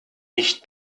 nicht